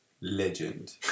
Legend